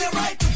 right